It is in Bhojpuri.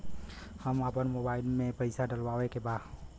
हम आपन मोबाइल में पैसा डलवावे के बा?